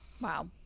Wow